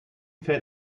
fällt